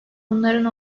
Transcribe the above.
bunların